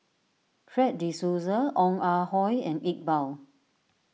Fred De Souza Ong Ah Hoi and Iqbal